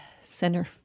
center